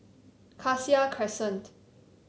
Cassia Crescent